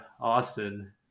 Austin